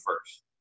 first